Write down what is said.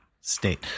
state